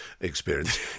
experience